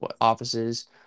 offices